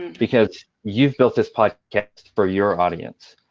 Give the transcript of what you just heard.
because you've built this podcast for your audience.